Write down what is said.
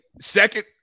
Second